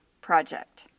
project